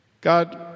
God